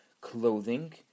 clothing